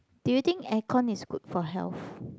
do you think air con is good for health